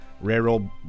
railroad